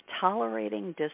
tolerating